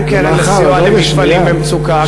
מה עם קרן לסיוע למפעלים במצוקה,